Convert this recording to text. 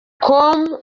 com